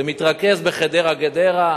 זה מתרכז בחדרה גדרה,